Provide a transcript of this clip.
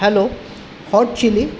hello hot chilli